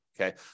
Okay